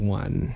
one